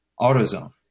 AutoZone